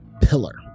pillar